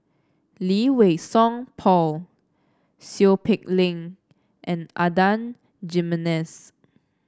Lee Wei Song Paul Seow Peck Leng and Adan Jimenez